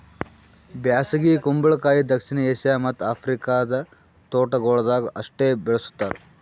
ಬ್ಯಾಸಗಿ ಕುಂಬಳಕಾಯಿ ದಕ್ಷಿಣ ಏಷ್ಯಾ ಮತ್ತ್ ಆಫ್ರಿಕಾದ ತೋಟಗೊಳ್ದಾಗ್ ಅಷ್ಟೆ ಬೆಳುಸ್ತಾರ್